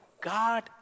God